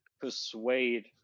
persuade